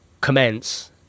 commence